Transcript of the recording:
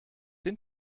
den